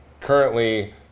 currently